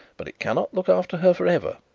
but it cannot look after her for ever.